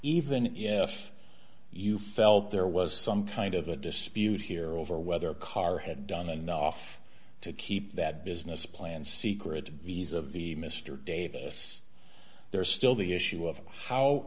even if you felt there was some kind of a dispute here over whether karr had done enough to keep that business plan secret to these of the mr davis there is still the issue of how